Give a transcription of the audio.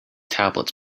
tablets